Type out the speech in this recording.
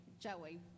Joey